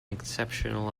exceptional